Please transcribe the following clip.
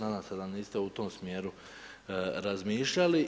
Nadam se da niste u tom smjeru razmišljali.